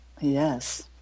Yes